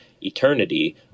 eternity